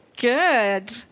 Good